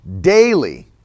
daily